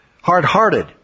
hard-hearted